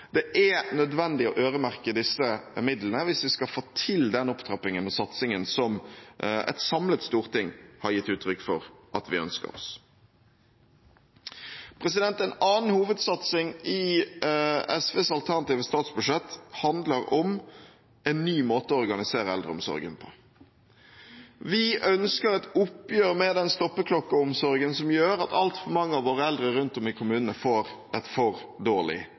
Det er nødvendig å øremerke disse midlene hvis vi skal få til den opptrappingen og satsingen som et samlet storting har gitt uttrykk for at vi ønsker oss. En annen hovedsatsing i SVs alternative statsbudsjett handler om en ny måte å organisere eldreomsorgen på. Vi ønsker et oppgjør med den stoppeklokkeomsorgen som gjør at altfor mange av våre eldre rundt om i kommunene får et for dårlig